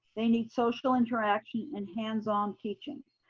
they need social interaction and hands on teaching.